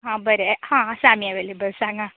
हा बरें आसा आमी अवेलेबल सांगा